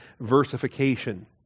versification